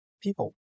people